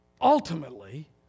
Ultimately